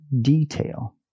detail